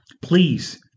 please